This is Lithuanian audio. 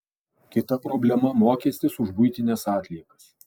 kita problema mokestis už buitines atliekas